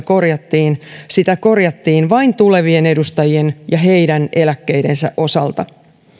korjattiin sitä korjattiin vain tulevien edustajien ja heidän eläkkeidensä osalta